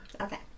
okay